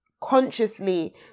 consciously